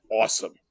awesome